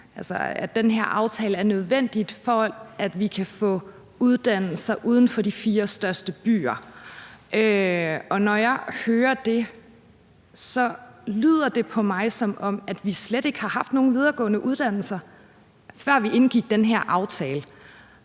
med, at den her aftale er nødvendig, for at vi kan få uddannelser uden for de fire største byer. Når jeg hører det, lyder det på mig, som om vi slet ikke har haft nogen videregående uddannelser der, før vi indgik den her aftale.